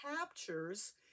captures